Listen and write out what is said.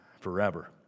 forever